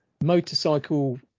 motorcycle